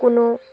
কোনো